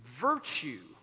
Virtue